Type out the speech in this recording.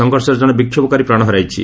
ସଂଘର୍ଷରେ ଜଣେ ବିକ୍ଷୋଭକାରୀ ପ୍ରାଣ ହରାଇଛି